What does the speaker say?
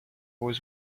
was